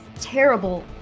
terrible